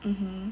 hmm